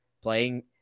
playing